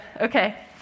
Okay